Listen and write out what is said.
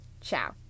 Ciao